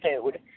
food